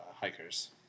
hikers